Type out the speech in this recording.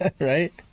right